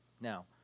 Now